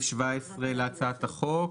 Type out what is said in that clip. סעיף 17 להצעת החוק,